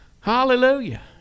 Hallelujah